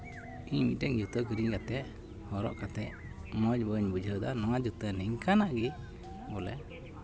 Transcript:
ᱤᱧ ᱢᱤᱫᱴᱮᱱ ᱡᱩᱛᱟᱹ ᱠᱤᱨᱤᱧ ᱠᱟᱛᱮᱫ ᱦᱚᱨᱚᱜ ᱠᱟᱛᱮᱫ ᱢᱚᱡᱽ ᱵᱟᱹᱧ ᱵᱩᱡᱷᱟᱹᱣᱮᱫᱟ ᱱᱚᱣᱟ ᱡᱩᱛᱟᱹ ᱱᱤᱝᱠᱟᱱᱟᱜ ᱜᱮ ᱵᱚᱞᱮ